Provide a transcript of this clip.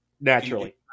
naturally